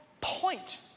point